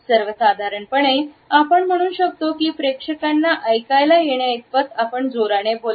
सर्वसाधारणपणे आपण म्हणू शकतो की प्रेक्षकांना ऐकायला येण्याइतपतआपण जोराने बोलावे